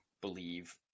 believe